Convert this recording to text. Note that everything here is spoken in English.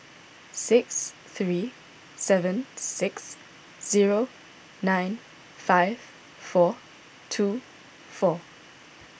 six three seven six zero nine five four two four